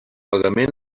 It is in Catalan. pagament